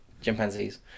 Chimpanzees